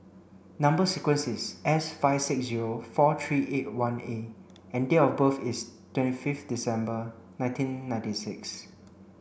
number sequence is S five six zero four three eight one A and date of birth is twenty fifth December nineteen ninety six